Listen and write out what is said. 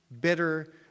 bitter